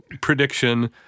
prediction